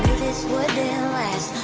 this wouldn't last,